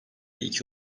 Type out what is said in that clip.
iki